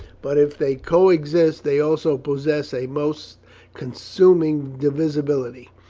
but if they coexist, they also possess a most consuming divisibility.